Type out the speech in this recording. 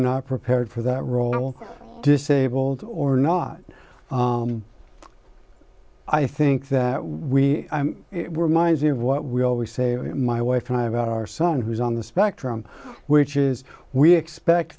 not prepared for that role or disabled or not i think that we were minds here of what we always say my wife and i about our son who's on the spectrum which is we expect